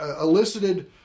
elicited